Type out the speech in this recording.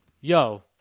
yo